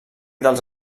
dels